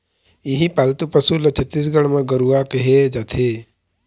इहीं पालतू पशु ल छत्तीसगढ़ म गरूवा केहे जाथे